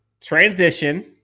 Transition